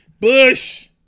Bush